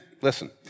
Listen